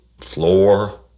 floor